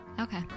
okay